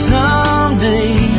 Someday